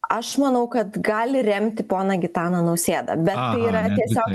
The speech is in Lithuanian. aš manau kad gali remti poną gitaną nausėdą bet tai yra tiesiog